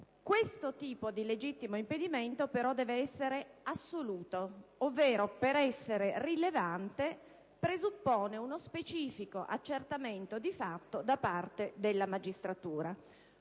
all'articolo 420-*ter.* Esso però deve essere assoluto, ovvero per essere rilevante presuppone uno specifico accertamento di fatto da parte della magistratura;